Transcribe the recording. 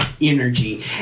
energy